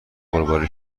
قربانی